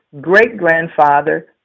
great-grandfather